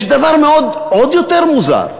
יש דבר עוד יותר מוזר: